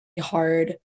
hard